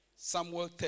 Samuel